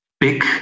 big